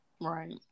right